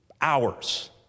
hours